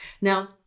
Now